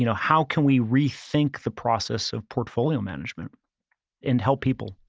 you know how can we rethink the process of portfolio management and help people.